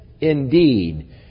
indeed